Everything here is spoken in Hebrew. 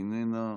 איננה,